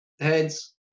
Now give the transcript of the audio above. Heads